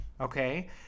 Okay